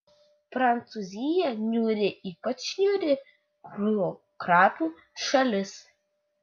prancūzija niūri ypač niūri biurokratų šalis